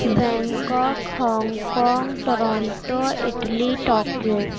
Bangkok Hong Kong Toronto Italy Tokyo